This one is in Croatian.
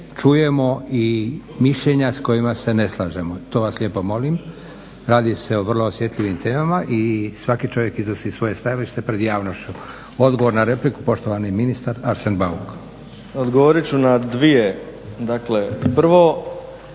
čujemo i mišljenja s kojima se ne slažemo. To vas lijepo molim. Radi se o vrlo osjetljivim temama i svaki čovjek iznosi svoje stajalište pred javnošću. Odgovor na repliku, poštovani ministar Arsen Bauk. **Bauk, Arsen (SDP)** Odgovorit ću na dvije. Dakle prvo,